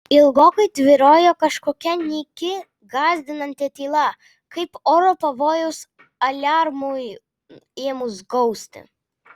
ilgokai tvyrojo kažkokia nyki gąsdinanti tyla kaip oro pavojaus aliarmui ėmus gausti